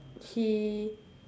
he